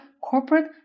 corporate